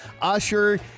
Usher